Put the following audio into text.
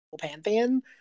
pantheon